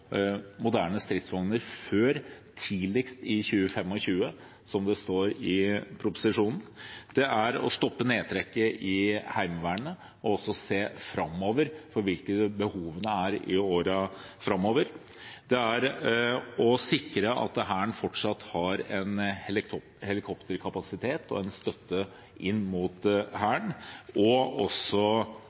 moderne stridsvogner før tidligst i 2025, som det står i proposisjonen. Det er å stoppe nedtrekket i Heimevernet og se framover på hvilke behov det er i årene framover. Det er å sikre at Hæren fortsatt har en helikopterkapasitet, en støtte inn mot Hæren. Og